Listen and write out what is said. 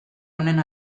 honen